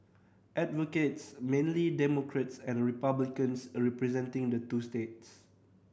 advocates mainly Democrats and Republicans representing the two states